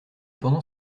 pendant